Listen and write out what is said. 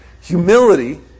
humility